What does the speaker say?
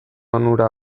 onura